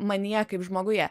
manyje kaip žmoguje